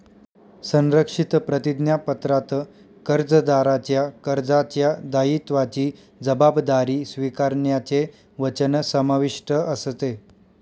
संरक्षित प्रतिज्ञापत्रात कर्जदाराच्या कर्जाच्या दायित्वाची जबाबदारी स्वीकारण्याचे वचन समाविष्ट असते